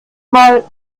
mal